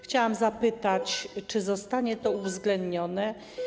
Chciałam zapytać, czy zostanie to uwzględnione?